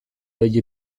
dagli